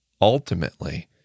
ultimately